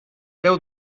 deu